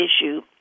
issue